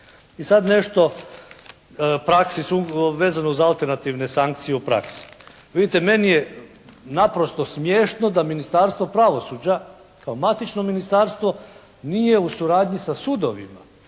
I sad nešto praksi, vezano za alternativnu sankciju u praksi. Vidite meni je naprosto smiješno da Ministarstvo pravosuđa kao matično ministarstvo nije u suradnji sa sudovima